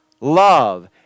love